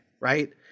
right